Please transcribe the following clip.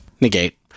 negate